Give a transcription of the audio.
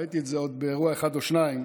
ראיתי את זה עוד באירוע אחד או שניים,